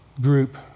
group